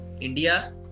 India